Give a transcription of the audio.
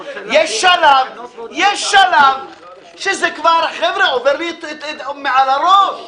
יש שלב, שזה כבר, חבר'ה, עובר מעל הראש.